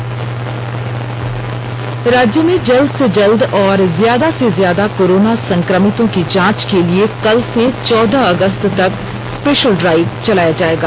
special drive राज्य में जल्द से जल्द और ज्यादा से ज्यादा कोरोना संक्रमितों की जांच के लिए कल से चौदह अगस्त तक स्पेशल ड्राइव चलाया जाएगा